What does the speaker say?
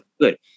good